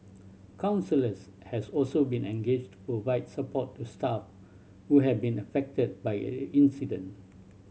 counsellors has also been engaged provide support to staff who have been affected by incident